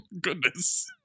Goodness